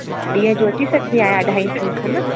मां ॾींहुं जो अची सघंदी आहियां अढाई टीं खनि